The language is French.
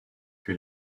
que